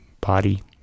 body